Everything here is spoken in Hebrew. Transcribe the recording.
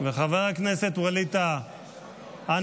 וחבר הכנסת ואליד טאהא,